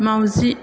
माउजि